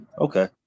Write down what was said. Okay